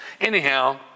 Anyhow